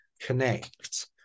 connect